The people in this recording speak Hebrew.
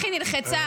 זו הזיה.